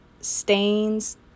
stains